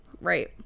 Right